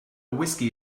whiskey